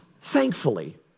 thankfully